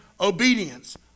obedience